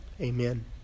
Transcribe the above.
amen